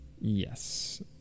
Yes